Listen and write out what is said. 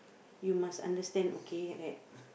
you must understand okay at